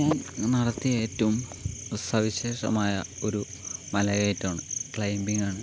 ഞാൻ നടത്തിയ ഏറ്റവും സവിശേഷമായ ഒരു മലകയറ്റമാണ് ക്ലൈമ്പിങ് ആണ്